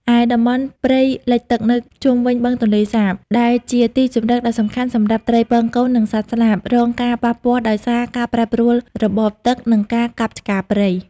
ឯតំបន់ព្រៃលិចទឹកនៅជុំវិញបឹងទន្លេសាប ដែលជាទីជម្រកដ៏សំខាន់សម្រាប់ត្រីពងកូន និងសត្វស្លាប រងការប៉ះពាល់ដោយសារការប្រែប្រួលរបបទឹក និងការកាប់ឆ្ការព្រៃ។